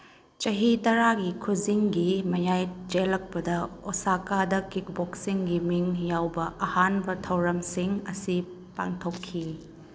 ꯆꯍꯤ ꯇꯔꯥꯒꯤ ꯈꯨꯖꯤꯡꯒꯤ ꯃꯌꯥꯏ ꯆꯜꯂꯛꯄꯗ ꯑꯣꯁꯥꯀꯥꯗ ꯀꯤꯛꯕꯣꯛꯁꯤꯡꯒꯤ ꯃꯤꯡ ꯌꯥꯎꯕ ꯑꯍꯥꯟꯕ ꯊꯧꯔꯝꯁꯤꯡ ꯑꯁꯤ ꯄꯥꯡꯊꯣꯛꯈꯤ